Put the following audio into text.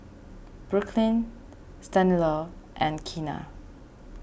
Brooklyn Stanislaus and Keena